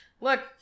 Look